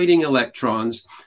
electrons